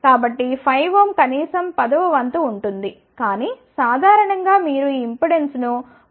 కాబట్టి 5 ఓం కనీసం 10 వ వంతు ఉంటుంది కానీ సాధారణం గా మీరు ఈ ఇంపెడెన్స్ను 0